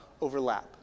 overlap